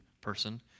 person